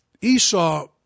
Esau